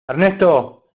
ernesto